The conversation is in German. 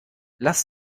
lass